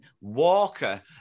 Walker